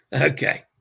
Okay